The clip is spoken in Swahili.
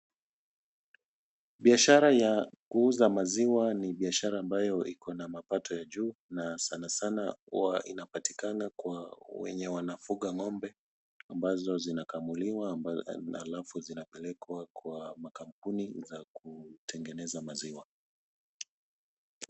Biashara ya kuuza maziwa ni biashara ambayo iko na mapato ya juu na sana sana huwa inapatikana kwa wenye wanafuga ngombe ambazo zinakamuliwa alafu zinapelekwa kwa makampuni za kutengeneza maziwa.